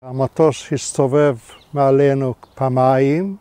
המטוס הסתובב מעלינו פעמיים